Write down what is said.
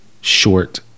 short